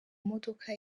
modoka